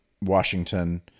Washington